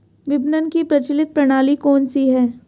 विपणन की प्रचलित प्रणाली कौनसी है?